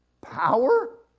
Power